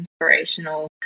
inspirational